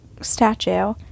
statue